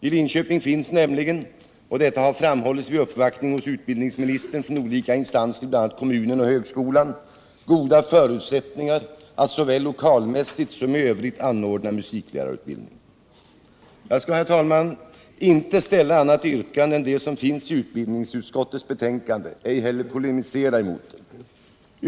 I Linköping finns nämligen - och detta har framhållits vid uppvaktning hos utbildningsministern från olika instanser i bl.a. kommunen och högskolan — goda förutsättningar att såväl lokalmässigt som i övrigt anordna musiklärarutbildning. Jag skall, herr talman, inte ställa annat yrkande än det som finns i utbildningsutskottets betänkande, ej heller polemisera mot det.